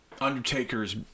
Undertaker's